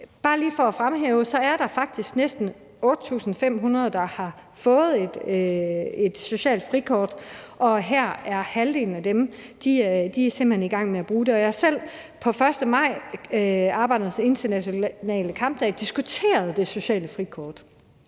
Bare lige for at fremhæve det er der faktisk næsten 8.500 personer, der har fået et socialt frikort, og halvdelen af dem er simpelt hen i gang med at bruge det. Jeg har selv den 1. maj – arbejdernes internationale kampdag – diskuteret det sociale frikort,